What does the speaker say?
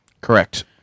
Correct